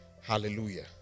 Hallelujah